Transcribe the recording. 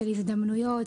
של הזדמנויות,